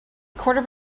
quarter